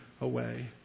away